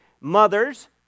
mothers